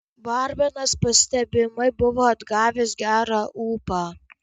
barmenas pastebimai buvo atgavęs gerą ūpą